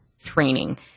training